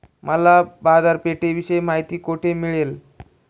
मला बाजारपेठेविषयी माहिती कोठे मिळेल?